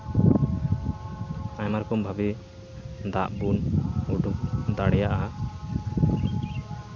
ᱟᱭᱢᱟ ᱨᱚᱠᱚᱢ ᱵᱷᱟᱵᱮ ᱫᱟᱜ ᱵᱚᱱ ᱩᱰᱩᱠ ᱫᱟᱲᱮᱭᱟᱜᱼᱟ